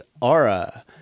Aura